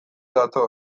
datoz